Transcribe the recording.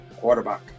quarterback